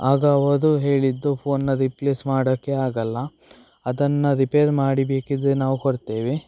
ಆಗ ಅವರು ಹೇಳಿದ್ದು ಫೋನನ್ನ ರಿಪ್ಲೇಸ್ ಮಾಡೋಕ್ಕೆ ಆಗೋಲ್ಲ ಅದನ್ನು ರಿಪೇರ್ ಮಾಡಿ ಬೇಕಿದ್ದರೆ ನಾವು ಕೊಡ್ತೇವೆ